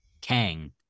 Kang